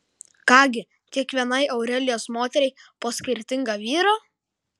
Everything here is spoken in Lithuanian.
ką gi kiekvienai aurelijos moteriai po skirtingą vyrą